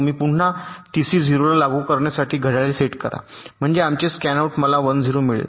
मी पुन्हा टीसी 0 ला लागू करण्यासाठी घड्याळे सेट करा म्हणजे आमचे स्कॅनआउट मला 1 0 मिळेल